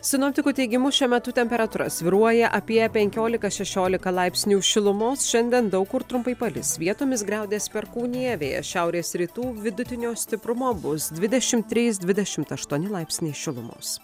sinoptikų teigimu šiuo metu temperatūra svyruoja apie penkiolika šešiolika laipsnių šilumos šiandien daug kur trumpai palis vietomis griaudės perkūnija vėjas šiaurės rytų vidutinio stiprumo bus dvidešimt trys dvidešimt aštuoni laipsniai šilumos